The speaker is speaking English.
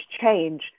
change